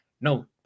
no